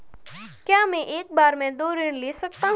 क्या मैं एक बार में दो ऋण ले सकता हूँ?